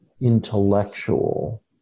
intellectual